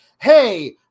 hey